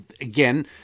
again